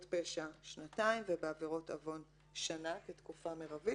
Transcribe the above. פשע שנתיים ובעבירות עוון שנה כתקופה מרבית.